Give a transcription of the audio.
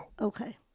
Okay